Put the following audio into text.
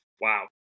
Wow